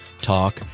Talk